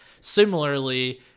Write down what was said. similarly